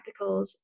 practicals